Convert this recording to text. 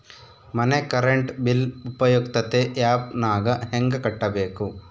ಮನೆ current bill ಉಪಯುಕ್ತತೆ app ನಾಗ ಹೆಂಗ ಕಟ್ಟಬೇಕು?